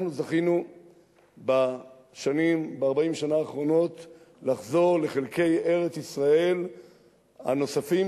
אנחנו זכינו ב-40 שנה האחרונות לחזור לחלקי ארץ-ישראל הנוספים,